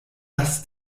das